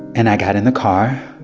and i got in the car.